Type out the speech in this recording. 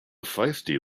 feisty